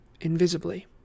invisibly